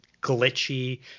glitchy